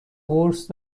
قرص